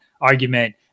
argument